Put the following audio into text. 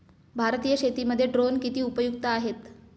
भारतीय शेतीमध्ये ड्रोन किती उपयुक्त आहेत?